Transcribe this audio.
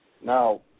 Now